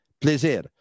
plaisir